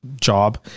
job